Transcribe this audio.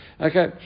Okay